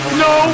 no